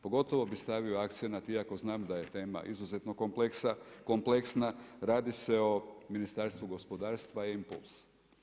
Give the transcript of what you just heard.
Pogotovo bi stavio akcenat iako znam da je tema izuzetno kompleksna, radi se o Ministarstvu gospodarstva E-impuls.